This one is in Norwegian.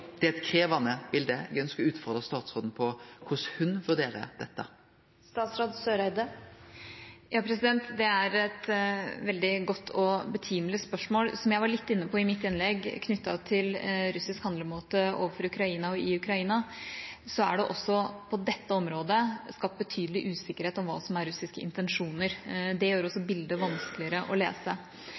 Det er et veldig godt og betimelig spørsmål. Som jeg var litt inne på i mitt innlegg om russisk handlemåte overfor Ukraina, og i Ukraina, er det også på dette området skapt betydelig usikkerhet om hva som er russiske intensjoner. Det gjør også bildet vanskeligere å lese.